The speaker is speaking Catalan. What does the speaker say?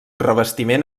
revestiment